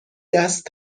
دست